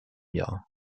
jahr